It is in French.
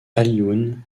alioune